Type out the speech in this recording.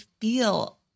feel